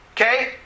Okay